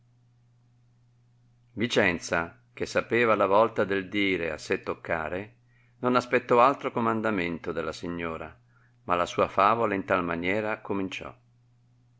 vicenza che sapeva la volta del dire a sé toccare non aspettò altro comandamento della signora ma la sua favola in tal maniera cominciò